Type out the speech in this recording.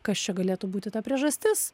kas čia galėtų būti ta priežastis